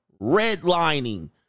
Redlining